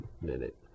minute